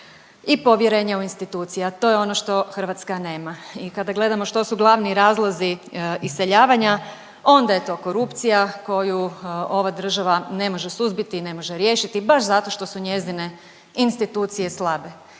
i povjerenja u institucije, a to je ono što Hrvatska nema i kada gledamo što su glavni razlozi iseljavanja onda je to korupcija koju ova država ne može suzbiti i ne može riješiti baš zato što su njezine institucije slabe